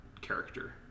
character